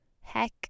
Heck